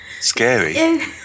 Scary